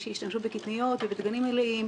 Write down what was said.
שישתמשו בקטניות ובדגנים מלאים,